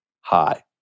Hi